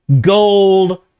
gold